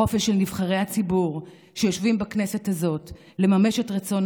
החופש של נבחרי הציבור שיושבים בכנסת הזאת לממש את רצון